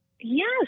Yes